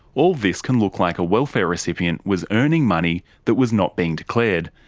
all this can look like a welfare recipient was earning money that was not being declared,